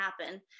happen